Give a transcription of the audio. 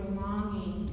longing